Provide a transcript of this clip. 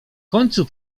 końcu